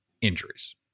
injuries